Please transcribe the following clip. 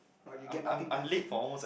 but you get nothing done